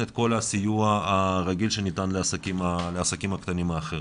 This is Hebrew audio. כל הסיוע הרגיל שניתן לכל העסקים הקטנים האחרים.